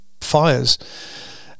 fires